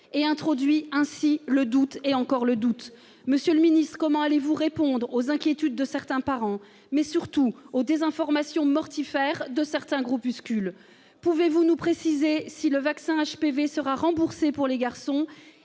et a introduit ainsi le doute, et encore le doute. Monsieur le secrétaire d'État, comment allez-vous répondre aux inquiétudes de certains parents et faire face aux désinformations mortifères de certains groupuscules ? Pouvez-vous nous préciser si le vaccin contre le HPV sera remboursé pour les garçons ?